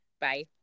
Bye